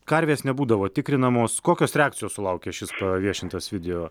karvės nebūdavo tikrinamos kokios reakcijos sulaukė šis paviešintas video